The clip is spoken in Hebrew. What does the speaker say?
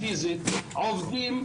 נעבור לכמה נתונים על התקציב,